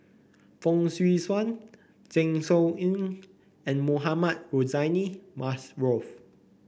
Fong Swee Suan Zeng Shouyin and Mohamed Rozani